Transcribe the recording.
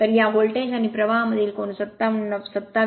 तर या व्होल्टेज आणि प्रवाहमधील कोन 27